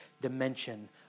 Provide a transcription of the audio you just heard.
dimension